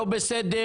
לא בסדר,